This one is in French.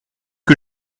que